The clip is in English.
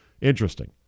interesting